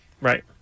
Right